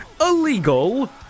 illegal